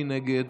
מי נגד?